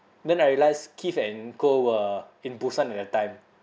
then I realise keith and cole were in busan at that time